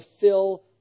fill